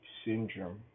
syndrome